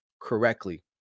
correctly